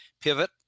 pivot